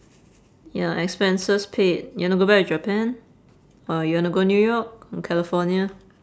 ya expenses paid you wanna go back to japan or you wanna go new york or california